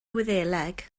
wyddeleg